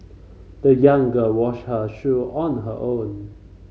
the young girl washed her shoe on her own